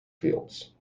fields